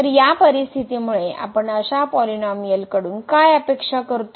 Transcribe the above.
तर या परिस्थितीमुळे आपण अशा पॉलिनोमिअलकडून काय अपेक्षा करतो